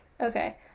Okay